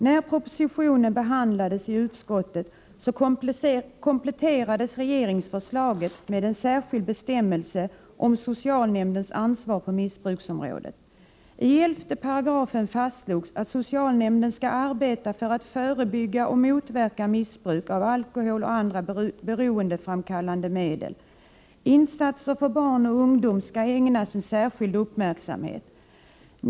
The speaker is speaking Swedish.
När propositionen behandlades i utskottet kompletterades regeringsförslaget med en särskild bestämmelse om socialnämndens ansvar på missbruksområdet. I 11 § fastslogs att socialnämnden skall arbeta för att förebygga och motverka missbruk av alkohol och andra beroendeframkallande medel. Insatser för barn och ungdomar skall ägnas särskild uppmärksamhet.